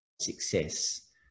success